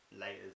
Later